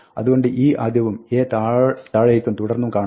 അതുകൊണ്ട് e ആദ്യവും a താഴേയ്ക്കും തുടർന്നും കാണാം